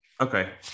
Okay